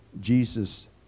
Jesus